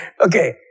Okay